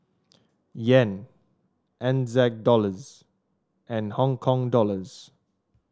Yen Ng Zag Dollars and Hong Kong Dollars